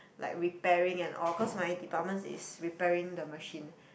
like repairing and all cause my department is repairing the machine